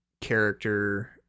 character